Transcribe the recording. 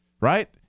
right